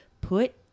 put